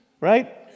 right